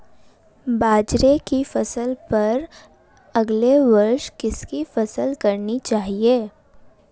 बाजरे की फसल पर अगले वर्ष किसकी फसल करनी चाहिए?